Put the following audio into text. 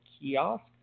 kiosk